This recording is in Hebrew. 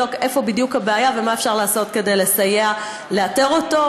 איפה בדיוק הבעיה ומה אפשר לעשות כדי לסייע לאתר אותו.